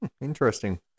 Interesting